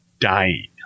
dying